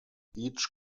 each